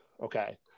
okay